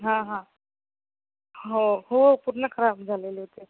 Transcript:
हां हां हो हो पूर्ण खराब झालेले होते